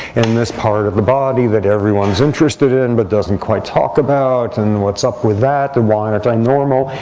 in this part of the body that everyone is interested in, but doesn't quite talk about. and what's up with that? why aren't i normal?